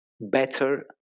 better